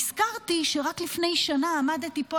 נזכרתי שרק לפני שנה עמדתי פה,